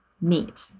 meet